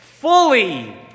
Fully